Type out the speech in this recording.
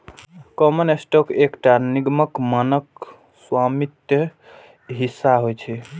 common stock एकटा निगमक मानक स्वामित्व हिस्सा होइ छै